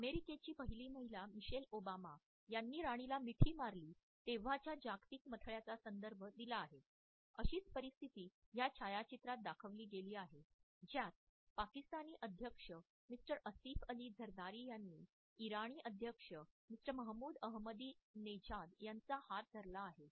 अमेरिकेची पहिली महिला मिशेल ओबामा यांनी राणीला मिठी मारली तेव्हाच्या जागतिक मथळ्याचा संदर्भ दिला आहे अशीच परिस्थिती या छायाचित्रात दाखविली गेली आहे ज्यात पाकिस्तानी अध्यक्ष मिस्टर आसिफ अली झरदारी यांनी इराणी अध्यक्ष मिस्टर महमूद अहमदीनेजाद यांचा हात धरला आहे